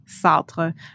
Sartre